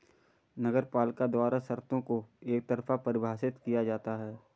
नगरपालिका द्वारा शर्तों को एकतरफा परिभाषित किया जाता है